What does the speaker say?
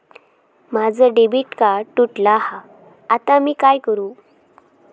माझा debit card तुटला हा आता मी काय करू?